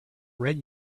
red